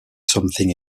something